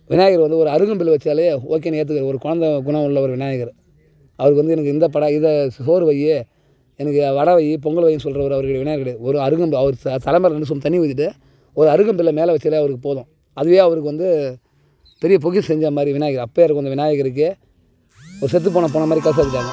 விநாயகர் வந்து ஒரு அருகம்புல் வச்சாலே ஓகேன்னு ஏற்றுக்குவாரு ஒரு குழந்த குணம் உள்ளவர் விநாயகர் அவருக்கு வந்து எனக்கு இந்த பட இதை சோறு வைய்யி எனக்கு வடை வைய்யி பொங்கல் வைய்யின்னு சொல்றவர் அவர் கிடையாது விநாயகர் கிடையாது ஒரு அருகம்புல் அவர் த தலை மேலே ரெண்டு சொம்பு தண்ணி ஊற்றிட்டு ஒரு அருகம்புல்லை மேலே வச்சாலே அவருக்கு போதும் அதுவே அவருக்கு வந்து பெரிய பொக்கிஷம் செஞ்சமாதிரி விநாயகர் அப்பேருக்கு வந்த விநாயகருக்கு ஒரு செத்து போனல் பிணம் மாதிரி கதவை சாற்றிட்டாங்க